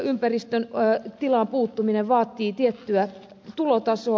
ympäristön tilaan puuttuminen vaatii tiettyä tulotasoa